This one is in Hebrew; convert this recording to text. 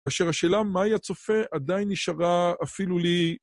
אשר השאלה מהי הצופה עדיין נשארה אפילו לי.